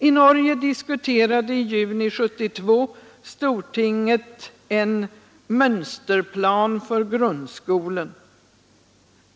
I Norge diskuterade i juni 1972 stortinget en Monsterplan for grunnskolen.